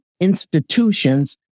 institutions